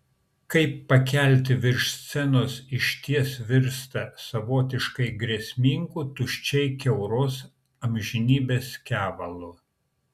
kai pakelti virš scenos išties virsta savotiškai grėsmingu tuščiai kiauros amžinybės kevalu